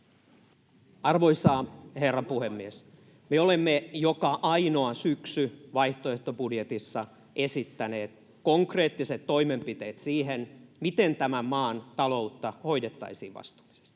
Arvoisa herra puhemies! Me olemme joka ainoa syksy vaihtoehtobudjetissa esittäneet konkreettiset toimenpiteet siihen, miten tämän maan taloutta hoidettaisiin vastuullisesti: